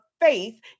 faith